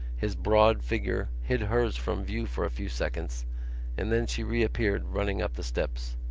his broad figure hid hers from view for a few seconds and then she reappeared running up the steps.